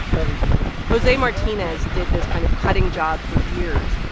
everything jose martinez did this kind of cutting job for years.